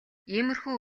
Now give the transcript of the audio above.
иймэрхүү